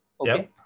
okay